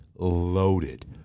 loaded